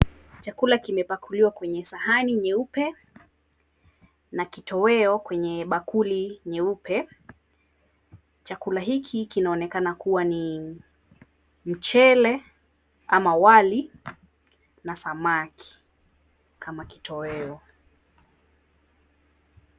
Chakula kimepakuliwa kwenye sahani nyeupe na kitoweo kwenye bakuli nyeupe. Chakula hiki kinaonekana kuwa ni mchele ama wali na samaki kama kitoweo.